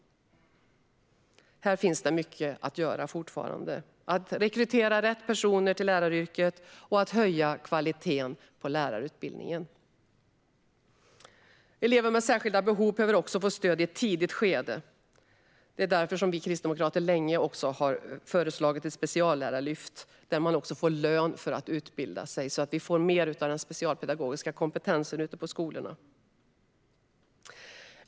Här finns det fortfarande mycket att göra vad gäller att rekrytera rätt personer till läraryrket och att höja kvaliteten på lärarutbildningen. Elever med särskilda behov behöver också få stöd i ett tidigt skede. Det är därför vi kristdemokrater länge har föreslagit ett speciallärarlyft där man får lön för att utbilda sig, så att vi får mer av den specialpedagogiska kompetensen ute på skolorna.